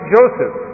Joseph